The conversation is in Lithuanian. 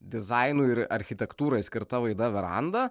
dizainui ir architektūrai skirta laida veranda